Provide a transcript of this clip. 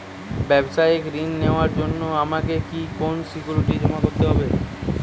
ব্যাবসায়িক ঋণ নেওয়ার জন্য আমাকে কি কোনো সিকিউরিটি জমা করতে হবে?